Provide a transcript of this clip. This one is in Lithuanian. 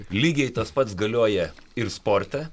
lygiai tas pats galioja ir sporte